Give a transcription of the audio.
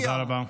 תודה רבה.